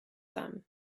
them